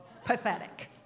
Pathetic